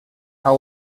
how